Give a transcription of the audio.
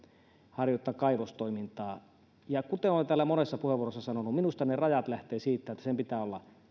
harjoittaa kaivostoimintaa ja kuten olen täällä monessa puheenvuorossa sanonut minusta ne rajat lähtevät siitä että sen pitää olla